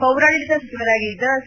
ಪೌರಾಡಳಿತ ಸಚಿವರಾಗಿದ್ದ ಸಿ